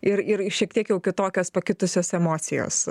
ir ir šiek tiek jau kitokios pakitusios emocijos